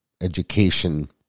education